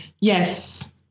Yes